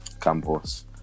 Campos